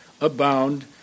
abound